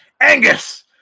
Angus